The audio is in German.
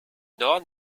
noch